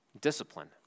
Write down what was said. Discipline